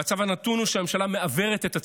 המצב הנתון הוא שהממשלה מעוורת את הציבור.